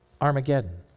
Armageddon